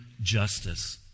justice